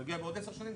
בעוד 10 שנים,